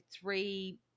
three